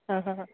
ആ ഹ ഹ